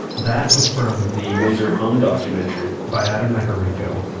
that was from. the windsor hum documentary by adam makarenko.